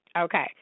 Okay